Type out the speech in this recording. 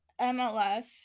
MLS